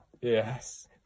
Yes